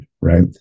right